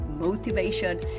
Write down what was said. motivation